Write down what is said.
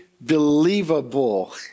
believable